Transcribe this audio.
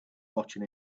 watching